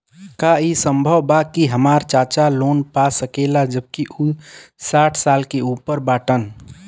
का ई संभव बा कि हमार चाचा लोन पा सकेला जबकि उ साठ साल से ऊपर बाटन?